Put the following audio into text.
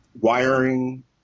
wiring –